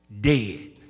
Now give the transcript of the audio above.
dead